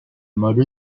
model